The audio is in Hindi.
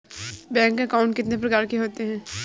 बैंक अकाउंट कितने प्रकार के होते हैं?